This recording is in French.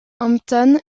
hampton